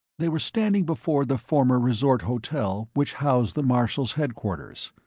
they were standing before the former resort hotel which housed the marshal's headquarters.